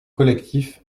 collectif